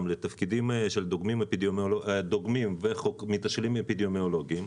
לתפקידים של דוגמים ומתשאלים אפידמיולוגיים.